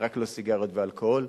רק לא סיגריות ואלכוהול.